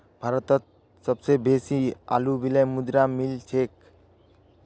भारतत सबस बेसी अलूवियल मृदा मिल छेक